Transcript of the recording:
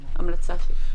זו ההמלצה שלי.